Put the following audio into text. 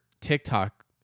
TikTok